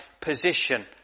position